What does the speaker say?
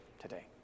today